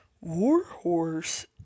Warhorse